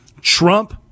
Trump